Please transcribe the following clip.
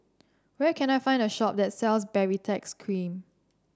where can I find a shop that sells Baritex Cream